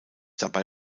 dabei